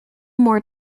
more